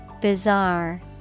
Bizarre